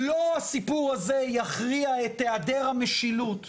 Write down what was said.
לא הסיפור הזה יכריע את היעדר המשילות.